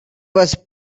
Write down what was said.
was